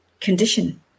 condition